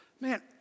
Man